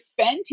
Fenty